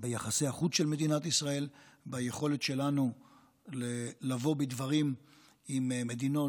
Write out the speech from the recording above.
של יחסי החוץ של מדינת ישראל והיכולת שלנו לבוא בדברים עם מדינות